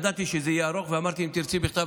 ידעתי שזה יהיה ארוך ואמרתי: אם תרצי בכתב,